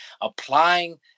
applying